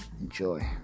Enjoy